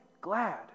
glad